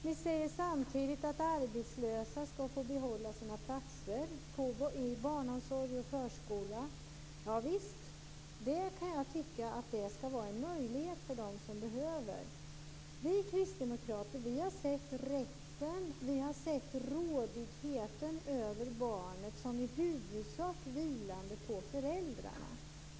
Ni säger samtidigt att arbetslösa skall få behålla sina platser i barnomsorg och förskola. Javisst, det skall vara en möjlighet för dem som behöver det. Vi kristdemokrater har sett rätten, rådigheten, över barnet som i huvudsak vilande på föräldrarna.